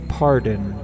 pardon